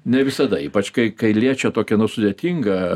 ne visada ypač kai kai liečia tokį nu sudėtingą